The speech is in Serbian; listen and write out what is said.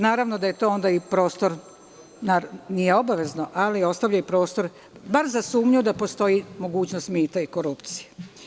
Naravno da to onda i prostorno nije obavezno, ali ostavljaju prostor bar za sumnju da postoji mogućnost mita i korupcije.